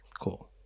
Cool